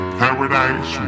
paradise